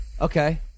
Okay